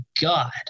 god